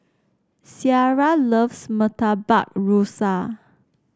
Ciara loves Murtabak Rusa